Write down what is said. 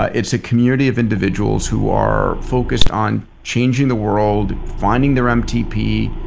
ah it's a community of individuals who are focused on changing the world, finding their mtp,